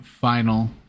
final